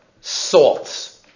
Salt